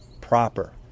proper